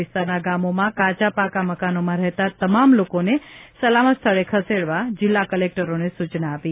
વિસ્તારના ગામોમાં કાચા પાકા મકાનોમાં રહેતા તમામ લોકોને સલામત સ્થળે ખસેડવા જિલ્લા કલેક્ટરોને સૂચના આપી